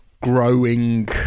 growing